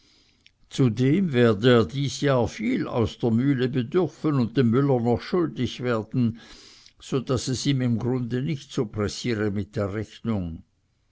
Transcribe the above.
zudem werde er dies jahr viel aus der mühle bedürfen und dem müller noch schuldig werden so daß es ihm im grunde nicht so pressiere mit der rechnung